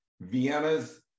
Vienna's